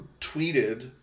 tweeted